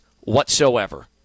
whatsoever